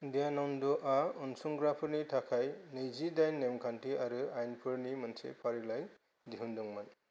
दयानन्द'आ उनसंग्राफोरनि थाखाय नैजिदाइन नेमखान्थि आरो आइनफोरनि मोनसे फारिलाइ दिहुनदोंमोन